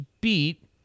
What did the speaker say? beat